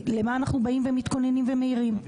למה אנחנו באים, מתכוננים ומעירים?